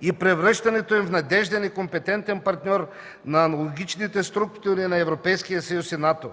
и превръщането им в надежден и компетентен партньор на аналогичните структури на Европейския съюз и НАТО,